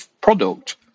product